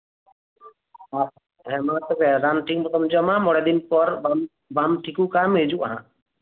ᱦᱮᱸ ᱨᱟᱱ ᱛᱤᱦᱤᱧᱼᱜᱟᱯᱟᱢ ᱡᱚᱢᱟ ᱟᱨ ᱢᱚᱬᱮ ᱫᱤᱱ ᱯᱚᱨ ᱵᱟᱢ ᱦᱤᱡᱩᱜ ᱠᱷᱟᱱᱮᱢ ᱦᱤᱡᱩᱜᱼᱟ ᱱᱟᱦᱟᱜ